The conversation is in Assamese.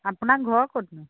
আপোনাৰ ঘৰ ক'ত নো